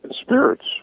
Spirits